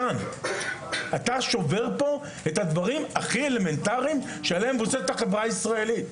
הוא שובר את הדברים הכי אלמנטריים שעליהם מבוססת החברה הישראלית.